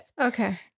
Okay